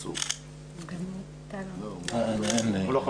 הצבעה בעד רוב נגד אין נמנעים,